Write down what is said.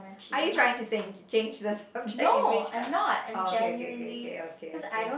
are you trying to change the subject in which I orh okay okay okay okay okay